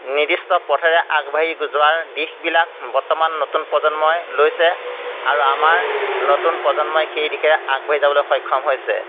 নিৰ্দিষ্ট পথেৰে আগবাঢ়ি যোৱাৰ দিশবিলাক বৰ্তমান নতুন প্ৰজন্মই লৈছে আৰু আমাৰ নতুন প্ৰজন্মই সেই দিশেৰে আগবাঢ়ি যাবলৈ সক্ষম হৈছে